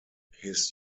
his